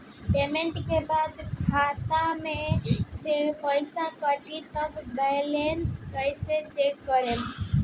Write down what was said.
Payment के बाद खाता मे से पैसा कटी त बैलेंस कैसे चेक करेम?